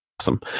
awesome